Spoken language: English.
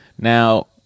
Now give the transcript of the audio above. Now